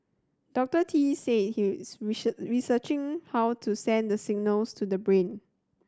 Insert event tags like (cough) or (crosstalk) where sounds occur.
Doctor Tee said he is (unintelligible) researching how to send the signals to the brain